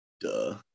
duh